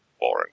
boring